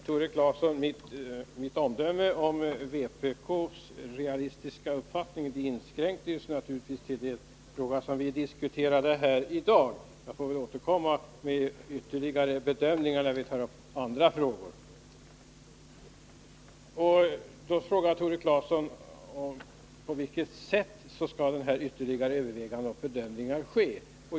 Herr talman! Mitt omdöme om vpk:s realistiska uppfattning, Tore Claeson, inskränker sig naturligtvis till den fråga vi diskuterar här i dag. Jag får väl återkomma med ytterligare bedömningar när vi tar upp andra frågor. och bedömningar ske?